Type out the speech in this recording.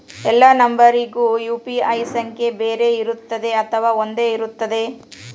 ಎಲ್ಲಾ ನಂಬರಿಗೂ ಯು.ಪಿ.ಐ ಸಂಖ್ಯೆ ಬೇರೆ ಇರುತ್ತದೆ ಅಥವಾ ಒಂದೇ ಇರುತ್ತದೆ?